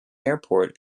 airport